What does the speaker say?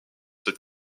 cette